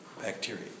bacteria